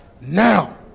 now